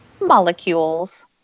molecules